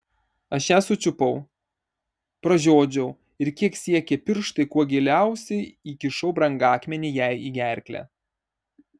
aš ją sučiupau pražiodžiau ir kiek siekė pirštai kuo giliausiai įkišau brangakmenį jai į gerklę